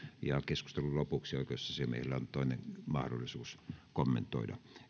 ja keskustelun lopuksi oikeusasiamiehellä on toinen mahdollisuus kommentoida